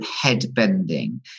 head-bending